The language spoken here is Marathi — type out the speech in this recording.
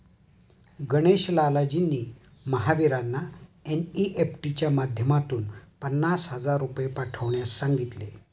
गणेश लालजींनी महावीरांना एन.ई.एफ.टी च्या माध्यमातून पन्नास हजार रुपये पाठवण्यास सांगितले